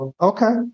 okay